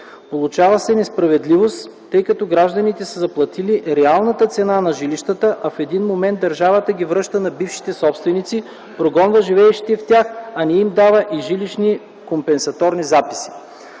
Получава се несправедливост, тъй като гражданите са заплатили реалната цена на жилищата, а в един момент държавата ги връща на бившите собственици, прогонва живеещите в тях, а не им дава и жилищни компенсаторни записи.